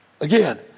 Again